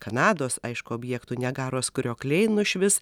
kanados aišku objektų niagaros kriokliai nušvis